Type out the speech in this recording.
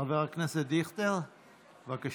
חבר הכנסת דיכטר, בבקשה.